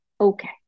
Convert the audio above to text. okay